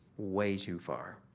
way too far.